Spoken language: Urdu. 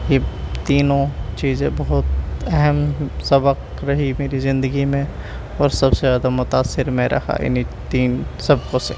یہ تینوں چیزیں، بہت اہم سبق رہی میری زندگی میں اور سب سے زیادہ متاثر میں رہا انہی تین سبقوں سے